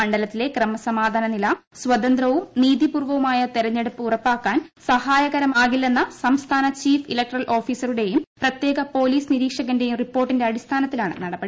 മണ്ഡലത്തിലെ ക്രമസമാധാന നില സ്വതന്ത്രവും നീതിപൂർവവുമായ തെരഞ്ഞെടുപ്പ് ഉറപ്പാക്കാൻ സഹായകരമാകില്ലെന്ന സംസ്ഥാന ചീഫ് ഇലക്ടറൽ ഓഫീസറുടെയും പ്രത്യേക പൊലീസ് നിരീക്ഷകന്റെയും റിപ്പോർട്ടിന്റെ അടിസ്ഥാനത്തിലാണ് നടപടി